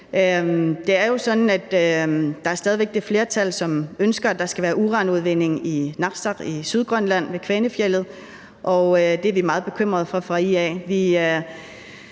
væk er det flertal, som ønsker, at der skal være uranudvinding i Narsaq i Sydgrønland ved Kvanefjeldet, og det er vi meget bekymrede for fra IA's